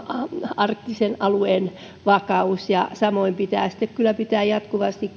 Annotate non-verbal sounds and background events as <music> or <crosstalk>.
arktisen alueen vakaus ja samoin pitää sitten kyllä pitää jatkuvasti <unintelligible>